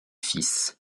fils